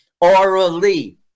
Orally